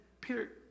Peter